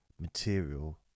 material